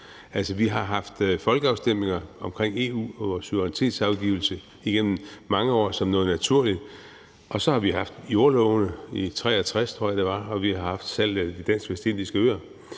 Altså, vi har haft folkeafstemninger omkring EU og vores suverænitetsafgivelse igennem mange år som noget naturligt, og så har vi haft det om jordlovene i 1963, tror jeg det var, og så har vi haft det om salget af De Dansk Vestindiske Øer